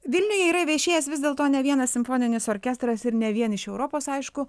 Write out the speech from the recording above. vilniuje yra viešėjęs vis dėlto ne vienas simfoninis orkestras ir ne vien iš europos aišku